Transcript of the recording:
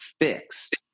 fixed